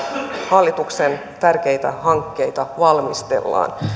hallituksen tärkeitä hankkeita valmistellaan